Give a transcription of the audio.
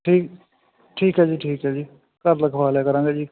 ਠੀਕ ਠੀਕ ਹੈ ਜੀ ਠੀਕ ਹੈ ਜੀ ਘਰ ਲਗਵਾ ਲਿਆ ਕਰਾਂਗੇ ਜੀ